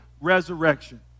resurrection